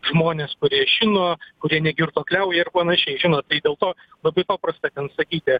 žmones kurie žino kurie negirtuokliauja ir panašiai žinot tai dėl to labai paprasta ten sakyti